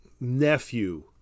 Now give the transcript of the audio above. nephew